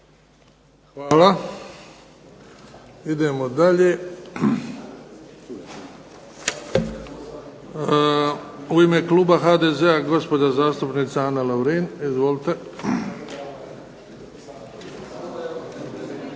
Hvala. Idemo dalje. U ime kluba HDZ-a gospođa zastupnica Ana Lovrin. Izvolite.